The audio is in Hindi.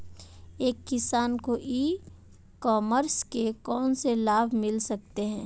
एक किसान को ई कॉमर्स के कौनसे लाभ मिल सकते हैं?